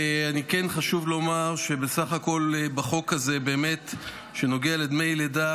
כן חשוב לומר שבסך הכול החוק הזה נוגע לדמי לידה